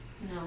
No